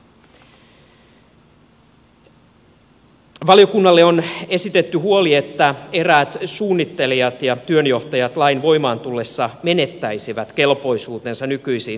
valiokunnalle on esitetty huoli että eräät suunnittelijat ja työnjohtajat lain voimaan tullessa menettäisivät kelpoisuutensa nykyisiin töihinsä